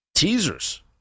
Teasers